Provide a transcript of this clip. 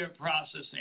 processing